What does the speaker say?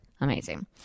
Amazing